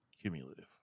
Cumulative